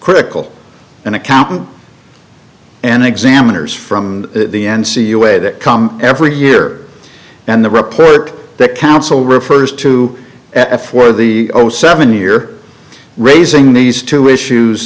critical an accountant and examiners from the n c u a that come every year and the report that council refers to f or the zero seven year raising these two issues